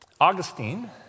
Augustine